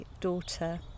daughter